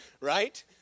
right